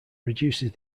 reduces